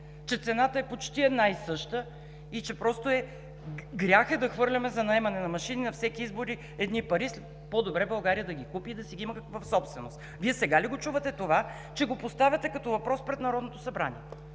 че цената е почти една и съща и че просто е грях да хвърляме едни пари за наемане на машини на всички избори, а по-добре е България да ги купи и да си ги има в собственост? Вие сега ли го чувате това, че го поставяте като въпрос пред Народното събрание?